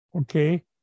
Okay